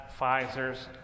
Pfizer's